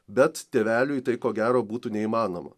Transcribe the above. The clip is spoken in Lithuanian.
bet tėveliui tai ko gero būtų neįmanoma